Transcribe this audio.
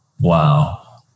Wow